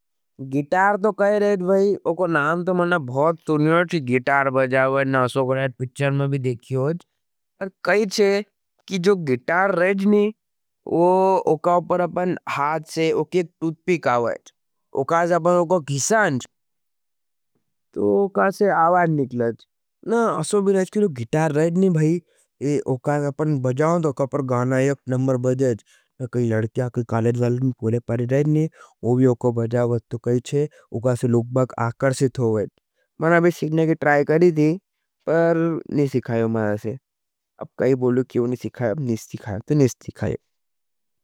गितार तो कह रहे हज भाई, उका नाम तो मैंने बहुत सुनिया थी गितार बजावाएँ। न असोगराइट पिच्चर में भी देखी होवज। पर कही छे, कि जो गितार रहे नहीं, वो उका ऊपर अपने हाथ से उके एक टूथपिक आवाएँ। तो उका से आवाएँ निकलाएँ। नहीं, असोगराइट कि तो गितार रहे नहीं भाई, उका अपने बजावाएँ तो उका अपर गानायक नंबर बजाएँ। नहीं कही लड़किया, कही कालेज वाले में पूले परे रहे नहीं, वो भी उका बजावाएँ तो कही छे, उका से लोग बाग आकर सिथ हो वैं। मन अभी सीखने के ट्राय करे दे, पर नहीं सीखायों मारा से। अब कही बोलू कि उन्हीं सीखायों, अब नहीं सीखायों, तो नहीं सीखायों।